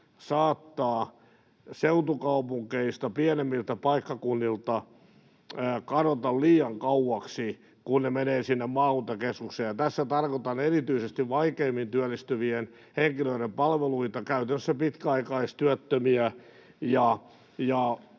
saattavat seutukaupungeista, pienemmiltä paikkakunnilta, kadota liian kauaksi, kun ne menevät sinne maakuntakeskukseen. Ja tässä tarkoitan erityisesti vaikeimmin työllistyvien henkilöiden palveluita, käytännössä pitkäaikaistyöttömiä